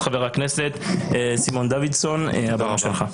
חבר הכנסת סימון דוידסון, בבקשה.